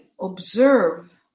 observe